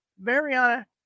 Mariana